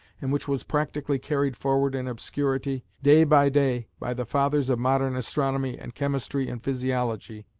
and which was practically carried forward in obscurity, day by day, by the fathers of modern astronomy and chemistry and physiology,